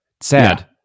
Sad